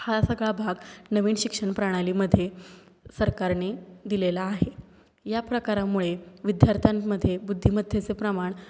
हा सगळा भाग नवीन शिक्षणप्रणालीमध्ये सरकारने दिलेला आहे या प्रकारामुळे विद्यार्थ्यांमध्ये बुद्धिमत्तेचे प्रमाण